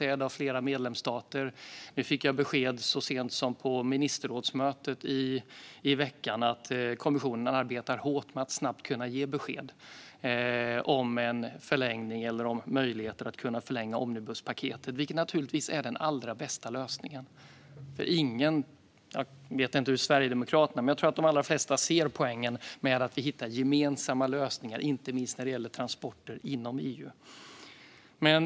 Vi och flera medlemsstater har påpekat att så inte skett, och så sent som på ministerrådsmötet i veckan fick jag besked om att kommissionen arbetar hårt för att snabbt kunna ge besked om en förlängning eller om möjligheten att förlänga omnibuspaketet, vilket givetvis vore den bästa lösningen. Jag tror att de allra flesta ser poängen med att hitta gemensamma lösningar, inte minst när det gäller transporter inom EU.